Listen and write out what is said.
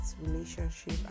relationship